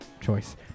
choice